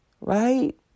right